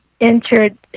entered